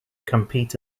compete